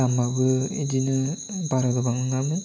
दामाबो इदिनो बारा गोबां नङामोन